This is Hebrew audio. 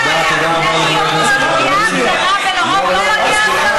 תודה רבה, חבר הכנסת ג'בארין.